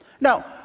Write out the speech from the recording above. Now